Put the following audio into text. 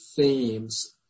themes